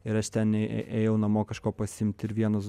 ir aš ten ė ėjau namo kažko pasiimti ir vienas